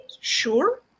sure